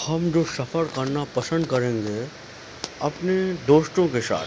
ہم جو سفر کرنا پسند کریں گے اپنے دوستوں کے ساتھ